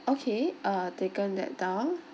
okay uh taken that down